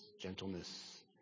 gentleness